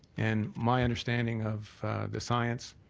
and my understanding of the science